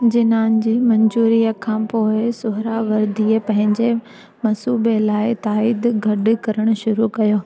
जिन्ना जी मंज़ूरीअ खां पोइ सुहरावर्दीअ पंहिंजे मंसूबे लाए ताईद गॾु करणु शुरू कयो